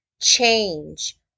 change